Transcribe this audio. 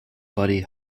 buddy